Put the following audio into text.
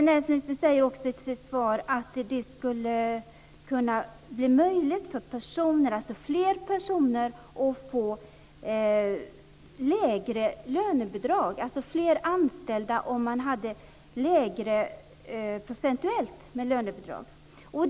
Näringsministern säger också i sitt svar att det skulle kunna bli möjligt för fler personer att få lägre lönebidrag, dvs. att det blir fler anställda om man hade lägre procentuellt lönebidrag.